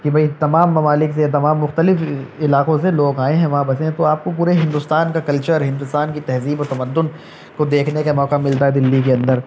کہ بھائی تمام ممالک سے تمام مختلف علاقوں سے لوگ آئے ہیں وہاں بسے ہیں تو آپ کو پورے ہندوستان کا کلچر ہندوستان کی تہذیب و تمدن کو دیکھنے کا موقع ملتا ہے دہلی کے اندر